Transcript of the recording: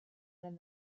than